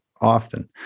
often